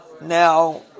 Now